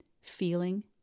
feeling